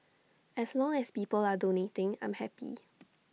as long as people are donating I'm happy